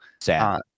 sad